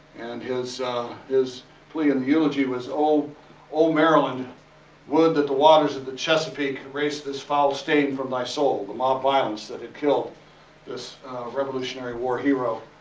and his his plea in the eulogy was old old maryland would that the waters of the chesapeake erase this foul stain from thy soul, the mob violence that had killed this revolutionary war hero,